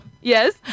Yes